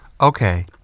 Okay